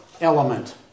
element